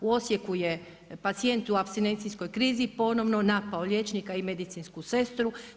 U Osijeku je pacijent u apstinencijskoj krizi ponovno napao liječnika i medicinsku sestru.